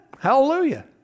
hallelujah